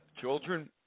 children